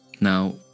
Now